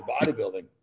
bodybuilding